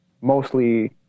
mostly